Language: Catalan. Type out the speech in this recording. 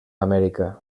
amèrica